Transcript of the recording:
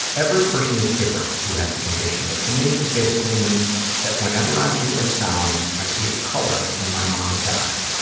every person is different who has the condition, but for me it basically means that whenever i hear a sound i see a color in my mind's eye.